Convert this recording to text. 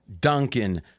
Duncan